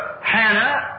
Hannah